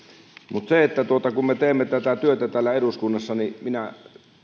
mutta kun me teemme tätä työtä täällä eduskunnassa niin minä